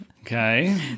Okay